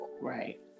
Right